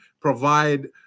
provide